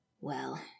Well